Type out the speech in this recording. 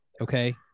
okay